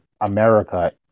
America